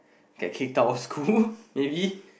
get kicked out of school maybe